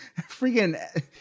Freaking